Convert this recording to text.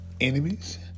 enemies